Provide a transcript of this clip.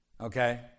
Okay